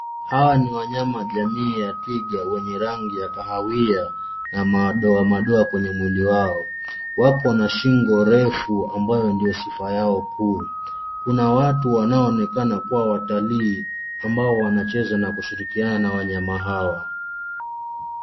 Hawa ni wanyama jamii ya twiga wenye rangi ya kahawia na madoamadoa kwenye mwili wao. Wapo na shingo refu ambayo ndo sifa yao kuu. Kuna watu wanaoonekana kuwa watalii ambao wanacheza na kushirikiana na wanyama hawa.